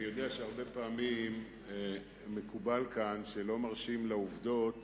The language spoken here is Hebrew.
אני יודע שהרבה פעמים מקובל כאן שלא מרשים לעובדות